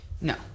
No